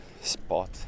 spot